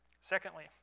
Secondly